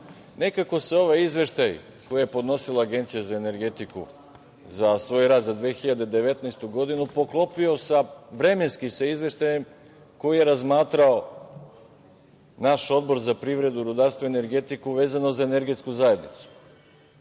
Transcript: Nekako se ovaj izveštaj koji je podnosila Agencija za energetiku za 2019. godinu poklopio vremenski sa izveštajem koji je razmatrao naš Odbor za privredu, rudarstvo i energetiku vezano za Energetsku zajednicu